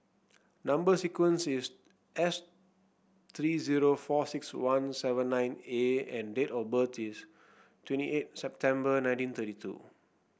number sequence is S three zero four six one seven nine A and date of birth is twenty eight September nineteen thirty two